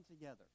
together